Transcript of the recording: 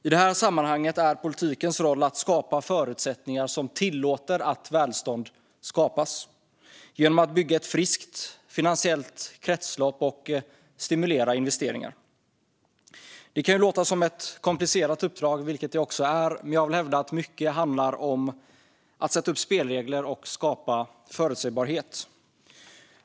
I detta sammanhang är politikens roll att skapa förutsättningar som tillåter att välstånd skapas, vilket man gör genom att bygga ett friskt finansiellt kretslopp och stimulera investeringar. Det kan låta som ett komplicerat uppdrag, vilket det också är, men jag vill hävda att mycket handlar om att sätta upp spelregler och skapa förutsägbarhet.